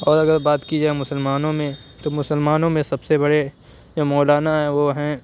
اور اگر بات کی جائے مسلمانوں میں تو مسلمانوں میں سب سے بڑے جو مولانا ہیں وہ ہیں